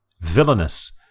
Villainous